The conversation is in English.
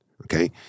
Okay